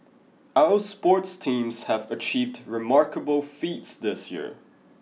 our sports teams have achieved remarkable feats this year